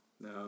No